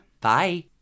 Bye